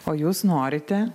o jūs norite dvynukų